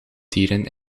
dieren